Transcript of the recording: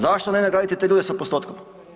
Zašto ne nagraditi te ljude sa postotkom.